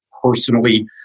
personally